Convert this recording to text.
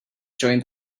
joined